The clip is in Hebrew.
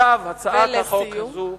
ולסיום.